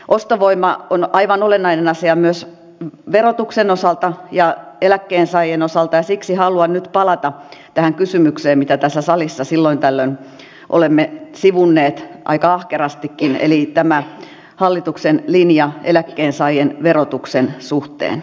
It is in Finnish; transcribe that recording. ostovoima on aivan olennainen asia myös verotuksen osalta ja eläkkeensaajien osalta ja siksi haluan nyt palata tähän kysymykseen mitä tässä salissa silloin tällöin olemme sivunneet aika ahkerastikin eli tähän hallituksen linjaan eläkkeensaajien verotuksen suhteen